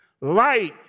Light